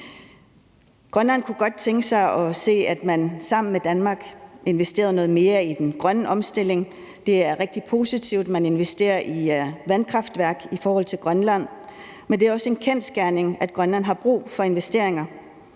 Grønland kunne godt tænke sig at se, at man sammen med Danmark investerede noget mere i den grønne omstilling. Det er rigtig positivt, at man investerer i vandkraftværker i Grønland, men det er også en kendsgerning, at Grønland har brug for investeringer.